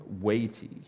weighty